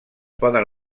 poden